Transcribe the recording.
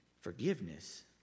Forgiveness